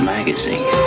Magazine